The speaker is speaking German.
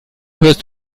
hörst